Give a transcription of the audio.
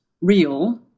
real